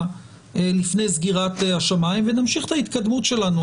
שהייתה לפני סגירת השמיים ונמשיך את ההתקדמות שלנו.